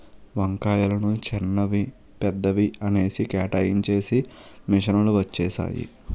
వంకాయలని చిన్నవి పెద్దవి అనేసి కేటాయించేసి మిషన్ లు వచ్చేసాయి